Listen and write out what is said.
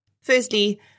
Firstly